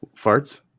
farts